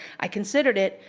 i considered it,